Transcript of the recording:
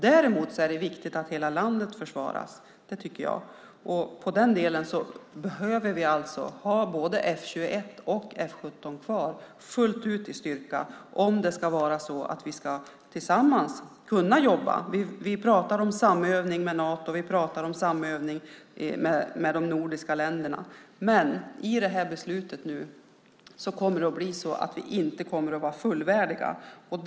Det är viktigt att hela landet försvaras, och om vi ska kunna jobba tillsammans behöver vi ha kvar både F 21 och F 17 med full styrka. Vi talar om samövning med Nato och med de nordiska länderna, men det nu aktuella beslutet innebär att vi inte kommer att vara fullvärdiga medlemmar.